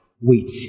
Wait